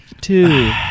Two